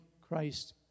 Christ